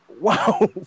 Wow